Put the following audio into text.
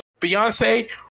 Beyonce